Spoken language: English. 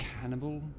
Cannibal